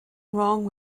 wrong